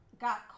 got